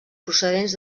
procedents